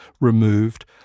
removed